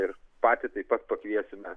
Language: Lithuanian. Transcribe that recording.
ir patį taip pat pakviesime